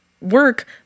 work